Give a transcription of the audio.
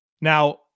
Now